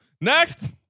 Next